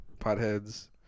potheads